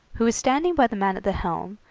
who was standing by the man at the helm,